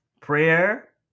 prayer